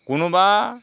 কোনোবা